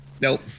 Nope